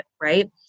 Right